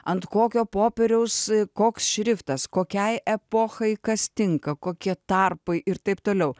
ant kokio popieriaus koks šriftas kokiai epochai kas tinka kokie tarpai ir taip toliau